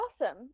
Awesome